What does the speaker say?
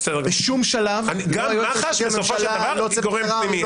גם מח"ש בסופו של דבר הוא גורם פנימי.